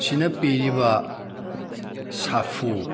ꯁꯤꯅ ꯄꯤꯔꯤꯕ ꯁꯥꯐꯨ